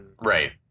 Right